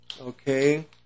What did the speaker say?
Okay